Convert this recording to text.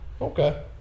Okay